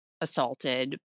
assaulted